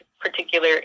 particular